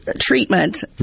treatment